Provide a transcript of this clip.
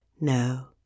No